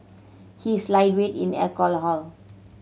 he is lightweight in alcohol